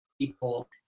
people